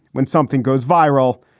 when something goes viral,